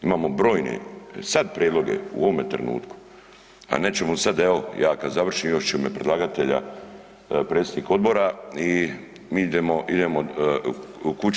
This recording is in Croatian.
Imamo brojne sad prijedloge u ovome trenutku, a nećemo sad evo ja kad završim još će u ime predlagatelja predsjednik odbora i mi idemo kući.